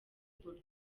bull